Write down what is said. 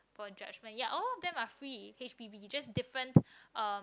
for judgement ya all of them are free yeah H_P_B just different um